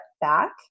back